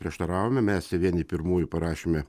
prieštaravome mes vieni pirmųjų parašėme